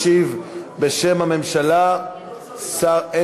ישיב בשם הממשלה שר, לא צריך.